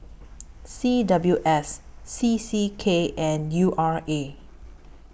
C W S C C K and U R A